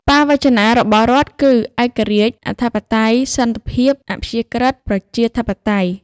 បាវចនារបស់រដ្ឋគឺ ឯករាជ្យ អធិបតេយ្យ សន្តិភាព អព្យាក្រឹត ប្រជាធិបតេយ្យ។